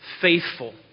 faithful